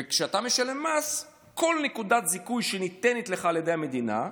וכשאתה משלם מס כל נקודת זיכוי שניתנת לך על ידי המדינה,